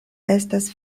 estas